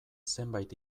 zenbait